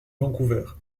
vancouver